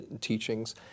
teachings